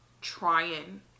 trying